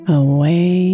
away